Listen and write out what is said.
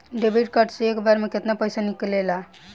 Debit card से एक बार मे केतना पैसा निकले ला?